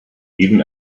even